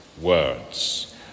words